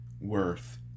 worth